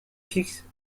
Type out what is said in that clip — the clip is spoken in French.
fixe